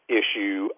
issue